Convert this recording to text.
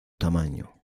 tamaño